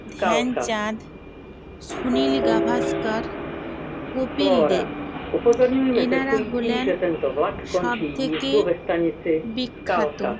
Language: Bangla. ধ্যানচাঁদ সুনীল গাভাস্কার কপিল দেব এনারা হলেন সবথেকে বিখ্যাত